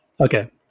Okay